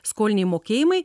skoliniai mokėjimai